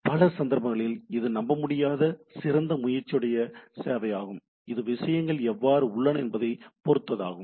பல சந்தர்ப்பங்களில் இது நம்பமுடியாத சிறந்த முயற்சியுடைய சேவையாகும் இது விஷயங்கள் எவ்வாறு உள்ளன என்பதைப் பொருத்ததாகும்